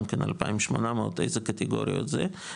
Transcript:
גם כן 2800 איזה קטגוריות זה,